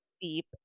deep